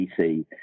PC